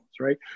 right